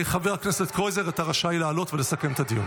חבר הכנסת קרויזר, אתה רשאי לעלות ולסכם את הדיון,